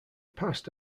passed